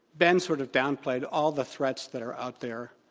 ben sort of downplayed all the threats that are out there.